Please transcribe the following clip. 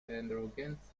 arrogance